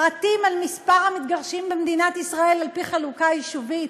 פרטים על מספר המתגרשים במדינת ישראל על פי חלוקה יישובית.